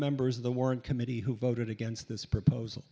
members of the warren committee who voted against this proposal